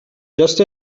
just